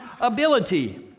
ability